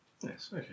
Yes